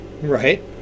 Right